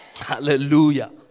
Hallelujah